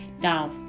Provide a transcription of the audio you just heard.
now